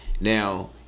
Now